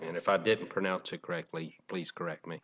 and if i did pronounce it correctly please correct me